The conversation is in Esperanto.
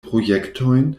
projektojn